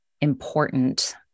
important